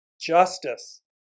justice